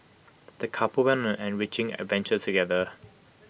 the couple went on an enriching adventure together